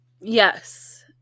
yes